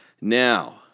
Now